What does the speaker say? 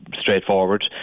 straightforward